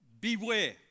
Beware